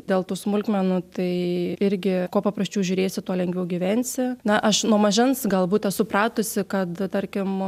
dėl tų smulkmenų tai irgi kuo paprasčiau žiūrėsi tuo lengviau gyvensi na aš nuo mažens galbūt esu pratusi kad tarkim